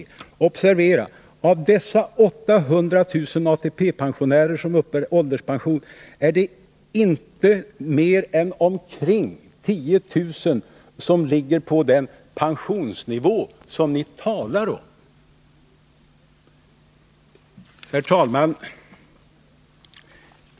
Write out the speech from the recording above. Av dessa närmare 800 000 ATP-pensionärer som uppbär ålderspension är det inte mer än något över 10 000 som ligger på den pensionsnivå som ni talar om. Herr talman!